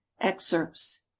Excerpts